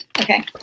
Okay